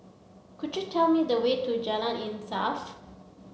could you tell me the way to Jalan Insaf